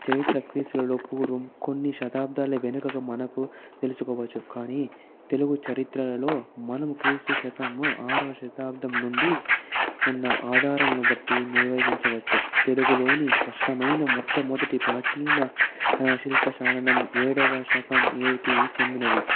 చైత్ర క్రీస్తులలో పూర్వం కొన్ని శతాబ్దాల వెనుకకు మనకు తెలుసుకోవచ్చు కానీ తెలుగు చరిత్రలో మనం క్రీస్తు శకం ఆరో శతాబ్దం నుండి ఉన్న ఆధారమును బట్టి నిర్వహించవచ్చు తెలుగులోని స్పష్టమైన మొట్ట మొదటి ప్రాచీన శిల్పాశారణం ఏడవ శకం దీనికి చెందినది